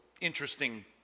interesting